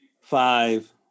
five